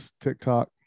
tiktok